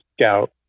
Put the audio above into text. scout